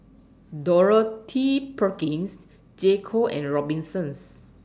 Dorothy Perkins J Co and Robinsons